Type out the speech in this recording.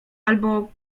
albo